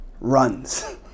runs